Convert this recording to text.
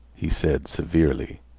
he said severely.